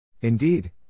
Indeed